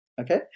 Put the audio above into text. okay